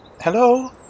Hello